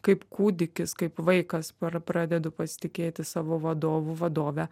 kaip kūdikis kaip vaikas pra pradedu pasitikėti savo vadovu vadove